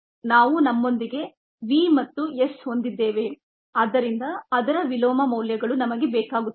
ನಾವು ನಮ್ಮೊಂದಿಗೆ v ಮತ್ತು s ಹೊಂದಿದ್ದೇವೆ ಆದ್ದರಿಂದ ಅದರ ವಿಲೋಮ ಮೌಲ್ಯಗಳು ನಮಗೆ ಬೇಕಾಗುತ್ತದೆ